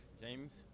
James